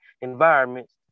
environments